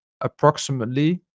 approximately